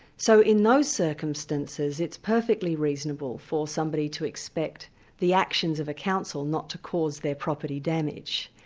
so in those circumstances it's perfectly reasonable for somebody to expect the actions of a council not to cause their property damage.